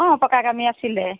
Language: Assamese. অঁ পকা কামেই আছিলে